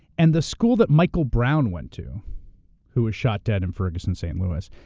and the school that michael brown went to who was shot dead in ferguson st. louis.